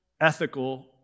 ethical